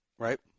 Right